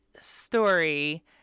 story